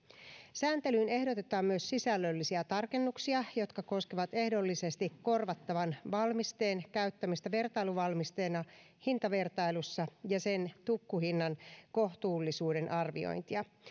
sääntelyyn ehdotetaan myös sisällöllisiä tarkennuksia jotka koskevat ehdollisesti korvattavan valmisteen käyttämistä vertailuvalmisteena hintavertailussa ja sen tukkuhinnan kohtuullisuuden arviointia